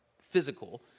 physical